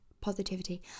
positivity